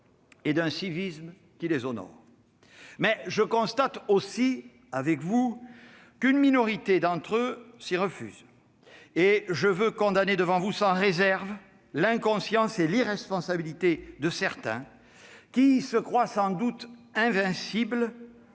et d'un civisme qui les honorent. Mais je constate aussi avec vous qu'une minorité d'entre eux s'y refuse et je veux condamner devant vous sans réserve l'inconscience et l'irresponsabilité de certains qui se croient sans doute invincibles